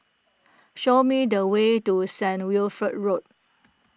show me the way to Saint Wilfred Road